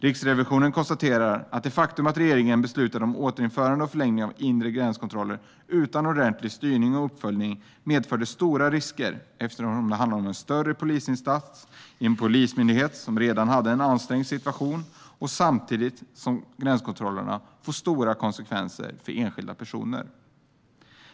Riksrevisionen konstaterar att det faktum att regeringen beslutade om återinförande och förlängning av inre gränskontroller utan ordentlig styrning och uppföljning medförde stora risker eftersom det handlade om en större polisinsats i en polismyndighet som redan hade en ansträngd situation samtidigt som gränskontrollerna får stora konsekvenser för enskilda personer.